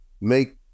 make